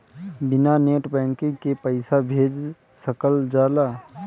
बिना net banking के पईसा भेज सकल जाला?